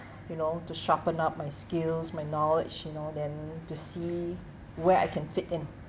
you know to sharpen up my skills my knowledge you know than to see where I can fit in